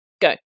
go